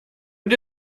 und